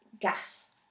gas